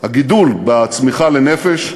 הגידול בצמיחה לנפש,